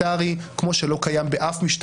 כמו שלא קיימות הגבלות כהונה כאלה בשום משטר